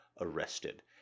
arrested